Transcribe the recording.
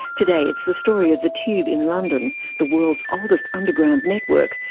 today it's the story of the tube in london, the world's oldest underground network,